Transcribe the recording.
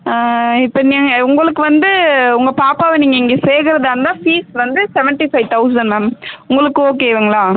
இப்போ நீங்கள் உங்களுக்கு வந்து உங்கள் பாப்பாவை நீங்கள் இங்கே சேர்க்கறதா இருந்தால் ஃபீஸ் வந்து செவன்ட்டி ஃபைவ் தெளசண்ட் மேம் உங்களுக்கு ஓகேங்களா